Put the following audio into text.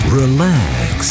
relax